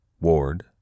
Ward